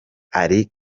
ari